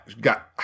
got